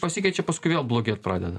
pasikeičia paskui vėl blogėt pradeda